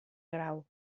grau